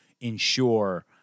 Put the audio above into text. ensure